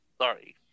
sorry